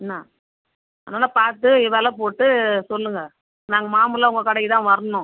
என்ன அதனாலே பார்த்து விலை போட்டு சொல்லுங்கள் நாங்க மாமுலாக உங்கள் கடைக்கு தான் வரணும்